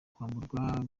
kwamburwa